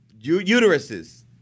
Uteruses